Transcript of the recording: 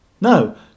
No